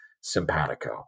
simpatico